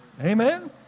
Amen